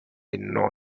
know